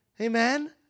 Amen